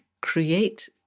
create